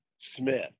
Smith